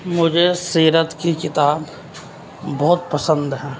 مجھے سیرت کی کتاب بہت پسند ہے